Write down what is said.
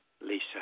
Lisa